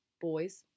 boys